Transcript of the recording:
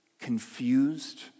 confused